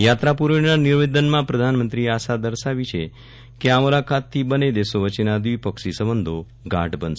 યાત્રા પૂર્વેના નિવેદનમાં પ્રધાનમંત્રીએ આશા દર્શાવી કે આ મુલાકાતથી બંને દેશો વચ્ચેના દ્વિપક્ષી સંબંધો ગાઢ બનશે